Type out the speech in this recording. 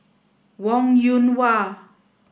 Wong Yoon Wah